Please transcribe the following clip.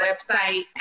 website